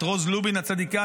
את רוז לובין הצדיקה,